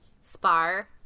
spar